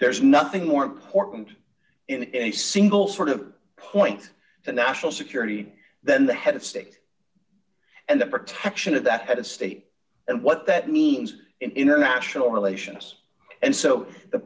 there's nothing more important in a single sort of point and national security than the head of state and the protection of that head of state and what that means in international relations and so the